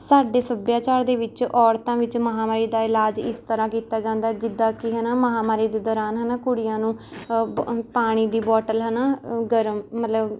ਸਾਡੇ ਸੱਭਿਆਚਾਰ ਦੇ ਵਿਚ ਔਰਤਾਂ ਵਿਚ ਮਹਾਂਵਾਰੀ ਦਾ ਇਲਾਜ ਇਸ ਤਰ੍ਹਾਂ ਕੀਤਾ ਜਾਂਦਾ ਜਿੱਦਾਂ ਕਿ ਹੈ ਨਾ ਮਹਾਂਵਾਰੀ ਦੇ ਦੌਰਾਨ ਹੈ ਨਾ ਕੁੜੀਆਂ ਨੂੰ ਬ ਪਾਣੀ ਦੀ ਬੋਟਲ ਹੈ ਨਾ ਗਰਮ ਮਤਲਬ